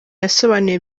yasobanuye